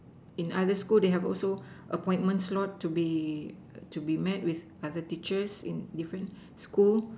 in other school they have also appointment slot to be to be met with other teacher in different school